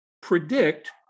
predict